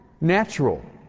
natural